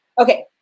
Okay